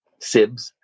Sibs